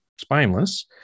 spineless